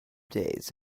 days